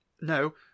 No